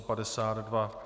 52.